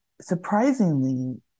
surprisingly